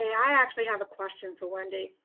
and i actually have a question for wendy.